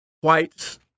whites